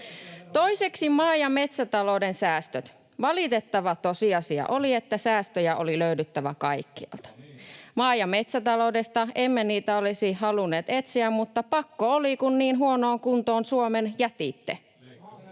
Toiseksi, maa- ja metsätalouden säästöt: Valitettava tosiasia oli, että säästöjä oli löydyttävä kaikkialta. Maa- ja metsätaloudesta emme niitä olisi halunneet etsiä, mutta pakko oli, kun niin huonoon kuntoon Suomen jätitte.